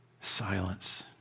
Silence